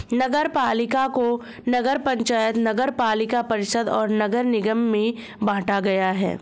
नगरपालिका को नगर पंचायत, नगरपालिका परिषद और नगर निगम में बांटा गया है